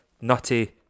nutty